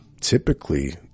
typically